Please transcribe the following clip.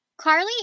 Carly